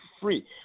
free